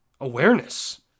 Awareness